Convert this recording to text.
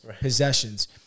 possessions